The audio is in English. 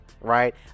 Right